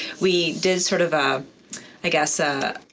we did sort of ah i guess a